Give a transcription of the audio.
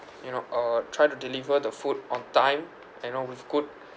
you know uh try to deliver the food on time and you know with good